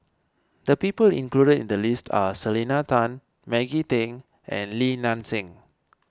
the people included in the list are Selena Tan Maggie Teng and Li Nan Xing